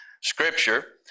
scripture